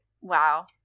Wow